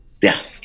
death